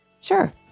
sure